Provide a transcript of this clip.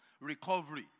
recovery